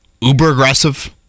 uber-aggressive